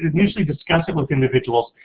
usually discuss it with individuals,